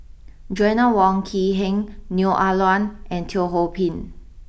Joanna Wong Quee Heng Neo Ah Luan and Teo Ho Pin